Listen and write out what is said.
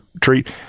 treat